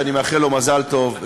שאני מאחל לו מזל טוב,